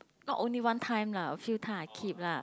not only one time lah a few time I keep lah